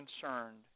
concerned